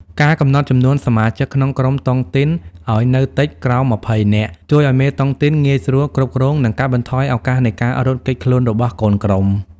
ការកំណត់ចំនួនសមាជិកក្នុងក្រុមតុងទីនឱ្យនៅតិច (ក្រោម ២០ នាក់) ជួយឱ្យមេតុងទីនងាយស្រួលគ្រប់គ្រង និងកាត់បន្ថយឱកាសនៃការរត់គេចខ្លួនរបស់កូនក្រុម។